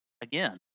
again